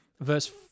verse